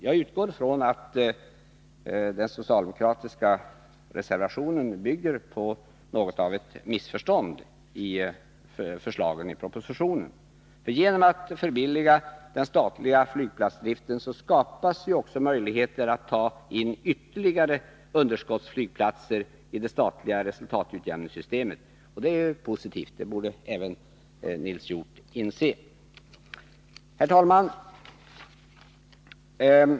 Jag utgår från att den socialdemokratiska reservationen bygger på något av ett missförstånd av förslaget i propositionen. Genom att förbilliga den statliga flygplatsdriften skapas ju också möjligheter att ta in ytterligare underskottsflygplatser i det statliga resultatutjämningssystemet, och det är positivt, vilket även Nils Hjorth borde inse. Herr talman!